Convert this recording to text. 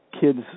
kids